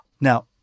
now